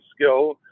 skill